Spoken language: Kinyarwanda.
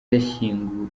yashyinguwe